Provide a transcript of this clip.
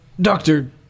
Doctor